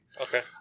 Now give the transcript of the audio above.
Okay